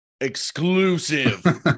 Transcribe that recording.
Exclusive